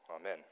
Amen